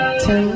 two